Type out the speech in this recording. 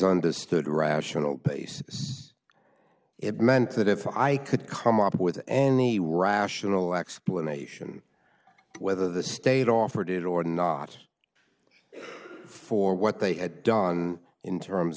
understood rational basis it meant that if i could come up with any rational explanation whether the state offered it or not for what they had done in terms